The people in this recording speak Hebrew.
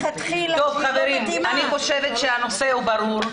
--- חברים, אני חושבת שהנושא ברור.